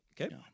Okay